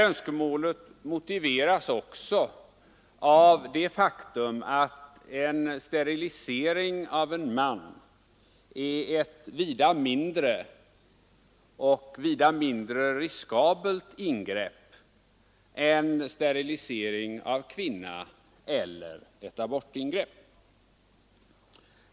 Önskemålet motiveras av det faktum att sterilisering av en man är ett vida mindre och mindre riskabelt ingrepp än sterilisering av kvinna eller ett abortingrepp.